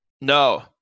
No